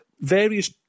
various